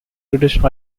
british